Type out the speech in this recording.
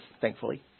thankfully